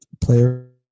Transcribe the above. player